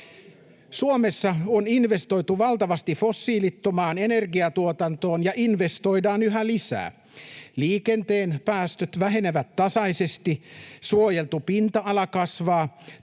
Suomessa on investoitu valtavasti fossiilittomaan energiantuotantoon ja investoidaan yhä lisää. Liikenteen päästöt vähenevät tasaisesti. Suojeltu pinta-ala kasvaa.